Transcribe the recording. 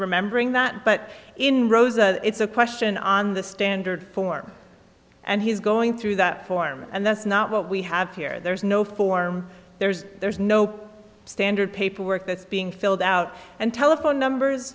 remembering that but in rose a it's a question on the standard form and he's going through that form and that's not what we have here there's no form there's there's no standard paperwork that's being filled out and telephone numbers